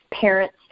Parents